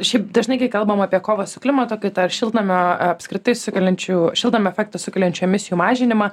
šiaip dažnai kai kalbam apie kovą su klimato kaita ar šiltnamio apskritai sukeliančių šiltnamio efektą sukeliančių emisijų mažinimą